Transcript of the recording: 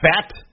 fat